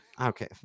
Okay